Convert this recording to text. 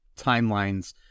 timelines